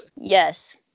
Yes